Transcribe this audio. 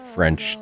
French